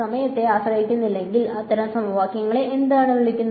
സമയത്തെ ആശ്രയിക്കുന്നില്ലെങ്കിൽ അത്തരം സമവാക്യങ്ങളെ എന്താണ് വിളിക്കുന്നത്